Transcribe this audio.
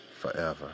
forever